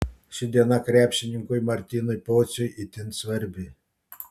ši diena krepšininkui martynui pociui itin svarbi